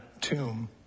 tomb